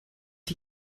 die